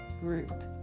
group